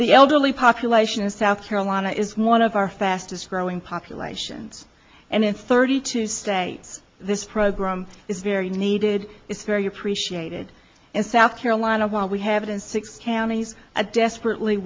the elderly population in south carolina is more of our fastest growing populations and in thirty two states this program is very needed it's very appreciated in south carolina while we have it in six counties a desperately